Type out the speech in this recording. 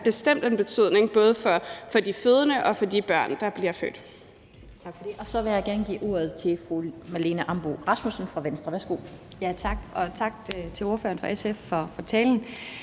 bestemt en betydning både for de fødende og for de børn, der bliver født.